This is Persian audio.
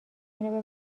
اینو